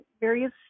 various